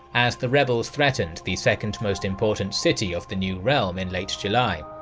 as the rebels threatened the second most important city of the new realm in late july.